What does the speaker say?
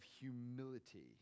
humility